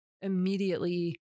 immediately